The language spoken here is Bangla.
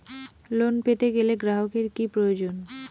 লোন পেতে গেলে গ্রাহকের কি প্রয়োজন?